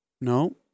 No